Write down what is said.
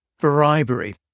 bribery